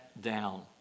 down